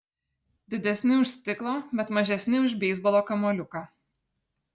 didesni už stiklo bet mažesni už beisbolo kamuoliuką